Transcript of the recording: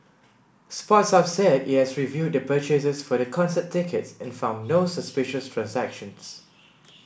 sports Hub said it has reviewed the purchases for the concert tickets and found no suspicious transactions